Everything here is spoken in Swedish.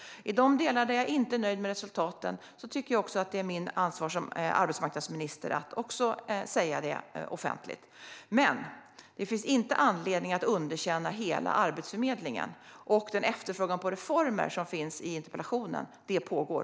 Där jag inte är nöjd med resultaten tycker jag att det är mitt ansvar som arbetsmarknadsminister att säga detta offentligt. Men det finns ingen anledning att underkänna hela Arbetsförmedlingen. I interpellationen efterfrågas reformer, och sådana pågår.